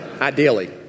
ideally